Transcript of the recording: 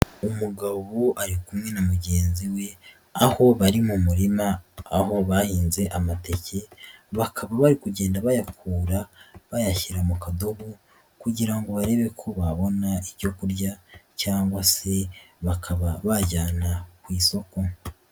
Umugabo ari kumwe na mugenzi we aho bari mu murima aho bahinze amateke, bakaba bari kugenda bayakura bayashyira mu kadobo kugira ngo barebe ko babona ibyo kurya cyangwa se bakaba bajyana ku isoko.